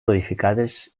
modificades